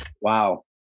wow